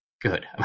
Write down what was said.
good